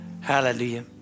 Hallelujah